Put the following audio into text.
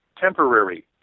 temporary